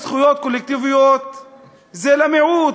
זכויות קולקטיביות זה למיעוט,